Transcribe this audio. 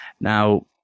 Now